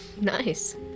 Nice